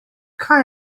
kaj